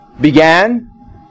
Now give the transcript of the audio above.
began